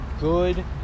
good